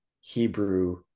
hebrew